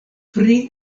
pri